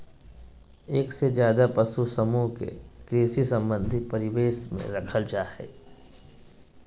एक से ज्यादे पशु समूह के कृषि संबंधी परिवेश में रखल जा हई